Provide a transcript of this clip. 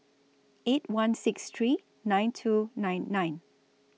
eight one six three nine two nine nine